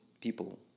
people